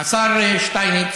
השר שטייניץ,